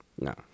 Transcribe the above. No